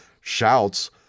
shouts